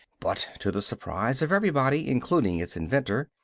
but to the surprise of everybody, including its inventor,